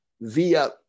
via